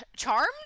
charmed